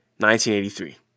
1983